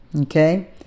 okay